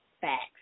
facts